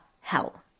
hell